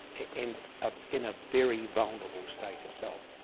and in a very vulnerable state herself.